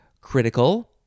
critical